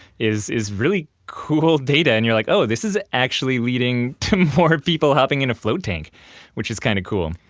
is is really cool data and you're like, oh, this is actually leading to more people hopping in a float tank which is kind of cool.